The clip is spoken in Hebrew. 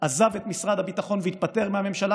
עזב את משרד הביטחון והתפטר מהממשלה,